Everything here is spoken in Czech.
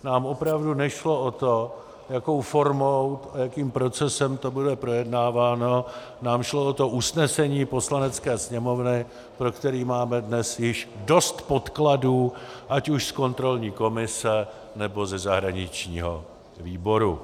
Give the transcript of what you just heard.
Nám opravdu nešlo o to, jakou formou a jakým procesem to bude projednáváno, nám šlo o usnesení Poslanecké sněmovny, pro které máme dnes již dost podkladů ať už z kontrolní komise, nebo ze zahraničního výboru.